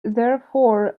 therefore